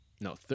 No